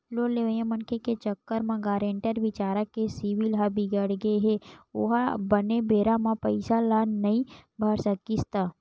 loan लेवइया मनखे के चक्कर म गारेंटर बिचारा के सिविल ह बिगड़गे हे ओहा बने बेरा म पइसा ल नइ भर सकिस त